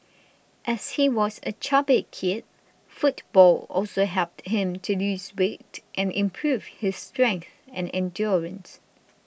as he was a chubby kid football also helped him to lose weight and improve his strength and endurance